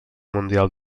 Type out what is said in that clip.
mundial